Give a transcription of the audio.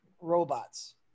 robots